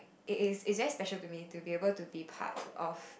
it is it's very special to me to be able to be part of